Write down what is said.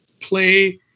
play